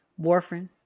warfarin